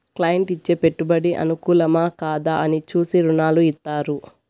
client ఇచ్చే పెట్టుబడి అనుకూలమా, కాదా అని చూసి రుణాలు ఇత్తారు